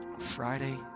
Friday